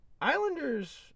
Islanders